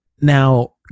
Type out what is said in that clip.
now